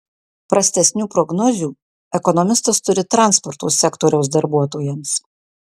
prastesnių prognozių ekonomistas turi transporto sektoriaus darbuotojams